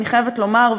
אני חייבת לומר,